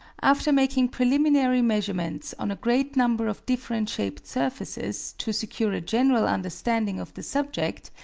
after making preliminary measurements on a great number of different-shaped surfaces, to secure a general understanding of the subject,